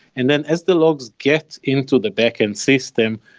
and then as the logs get into the backend system,